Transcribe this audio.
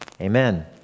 amen